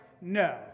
no